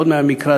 עוד מהמקרא,